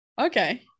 Okay